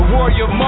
Warrior